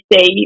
see